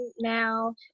now